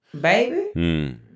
Baby